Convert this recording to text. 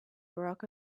barack